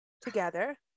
together